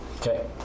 Okay